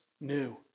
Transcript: new